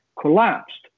collapsed